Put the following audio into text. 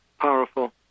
powerful